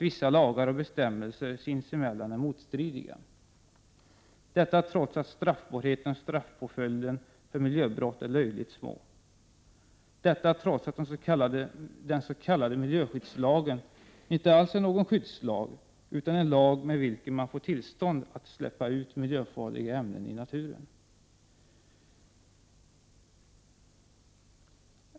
Vissa lagar och bestämmelser är sinsemellan motstridiga. Straffbarhet och straffpåföljd för miljöbrott är löjligt små. Dessutom är den s.k. miljöskyddslagen inte alls någon skyddslag, utan en lag med vilken man får tillstånd att släppa ut miljöfarliga ämnen i naturen.